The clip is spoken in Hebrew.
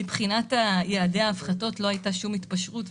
מבחינת יעדי ההפחתות לא הייתה שום התפשרות.